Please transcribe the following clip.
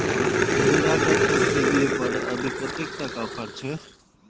Mahindra tractor खरीद ले पर अभी कतेक तक ऑफर छे?